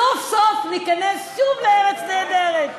סוף-סוף ניכנס שוב ל"ארץ נהדרת".